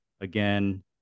again